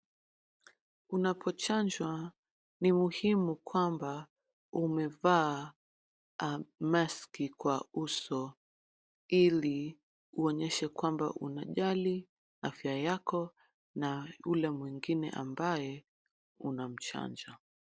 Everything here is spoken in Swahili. Unapochanjwa ni muhimu kwamba umevaa maski kwa uso ili uonyeshe kwamba unajali afya yako na ule mwingine ambaye unamchanja.